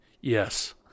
Yes